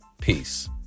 peace